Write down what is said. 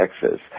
Texas